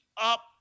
up